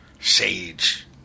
sage